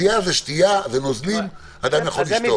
שתייה זה שתייה, זה נוזלים, אדם יכול לשתות.